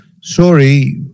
sorry